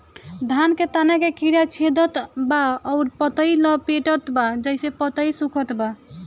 धान के तना के कीड़ा छेदत बा अउर पतई लपेटतबा जेसे पतई सूखत बा?